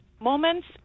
moments